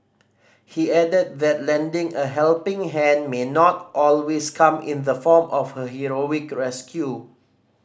he added that lending a helping hand may not always come in the form of a heroic rescue